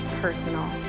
personal